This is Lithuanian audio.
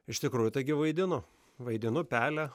iš tikrųjų taigi vaidinu vaidinu pelę